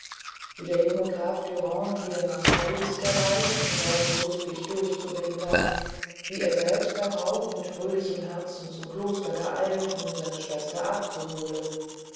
wie der junge graf dürande wieder nach paris gereist um dort lustig durchzuwintern wie er selbst darauf mit fröhlichem herzen zum kloster geeilt um seine schwester abzuholen